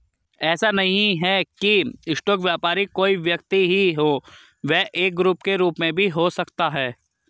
ऐसा नहीं है की स्टॉक व्यापारी कोई व्यक्ति ही हो वह एक ग्रुप के रूप में भी हो सकता है